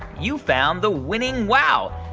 you found the winning wow.